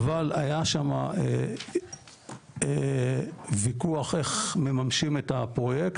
אבל היה שמה וויכוח איך מממשים את הפרויקט,